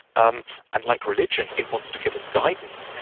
um and like religion, it wants to give us guidance.